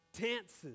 dances